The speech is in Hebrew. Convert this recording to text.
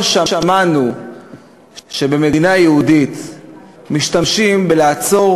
לא שמענו שבמדינה יהודית משתמשים בלעצור